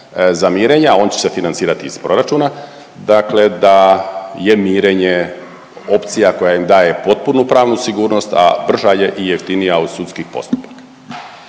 za mirenje a on će se financirati iz proračuna. Dakle, da je mirenje opcija koja im daje potpunu pravnu sigurnost, a brža je i jeftinija od sudskih postupaka.